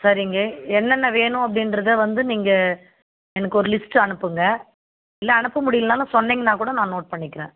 சரிங்க என்னென்ன வேணும் அப்படின்றத வந்து நீங்கள் எனக்கு ஒரு லிஸ்ட்டு அனுப்புங்கள் இல்லை அனுப்ப முடியலனாலும் சொன்னிங்கன்னா கூட நான் நோட் பண்ணிக்குறேன்